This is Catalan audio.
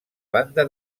banda